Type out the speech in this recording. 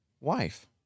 wife